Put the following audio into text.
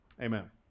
Amen